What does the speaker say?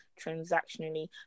transactionally